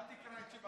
לא צריך.